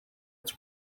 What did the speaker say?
its